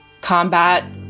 combat